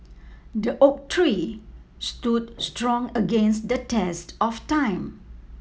the oak tree stood strong against the test of time